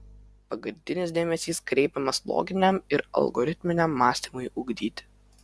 pagrindinis dėmesys kreipiamas loginiam ir algoritminiam mąstymui ugdyti